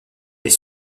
est